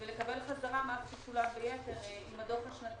ולקבל חזרה מה ששולם ביתר עם הדוח השנתי.